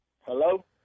Hello